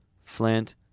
flint